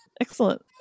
Excellent